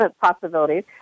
possibilities